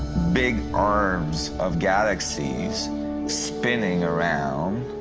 big arms of galaxies spinning around,